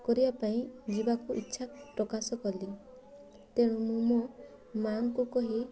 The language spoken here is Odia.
କରିବା ପାଇଁ ଯିବାକୁ ଇଚ୍ଛା ପ୍ରକାଶ କଲି ତେଣୁ ମୁଁ ମୋ ମାଆଙ୍କୁ କହି